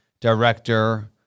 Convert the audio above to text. director